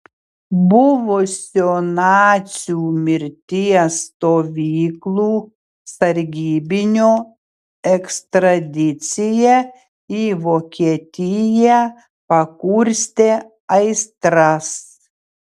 buvusio nacių mirties stovyklų sargybinio ekstradicija į vokietiją pakurstė aistras